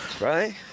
Right